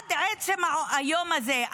עד עצם היום הזה,